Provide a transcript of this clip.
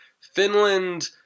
Finland